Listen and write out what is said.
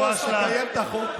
ולקיים את החוק.